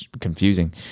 confusing